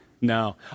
no